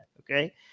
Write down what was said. okay